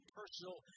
personal